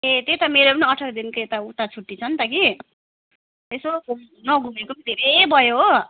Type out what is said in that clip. ए त्यही त मेरो पनि अठारदेखिको यता उता छुट्टी छ नि त कि यसो नघुमेको पनि धेरै भयो हो